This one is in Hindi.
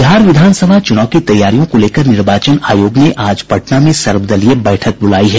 बिहार विधानसभा चुनाव की तैयारियों को लेकर निर्वाचन आयोग ने आज पटना में सर्वदलीय बैठक बुलायी है